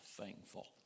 thankful